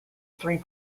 three